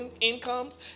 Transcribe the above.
incomes